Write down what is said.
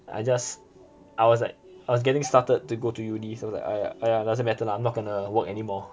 I just I was like I was getting started to go to uni so like !aiya! !aiya! doesn't matter lah I'm not gonna work anymore